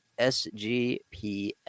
SGPN